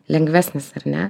lengvesnis ar ne